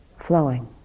flowing